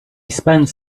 spends